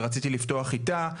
ורציתי לפתוח איתה,